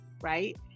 right